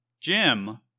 Jim